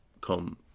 come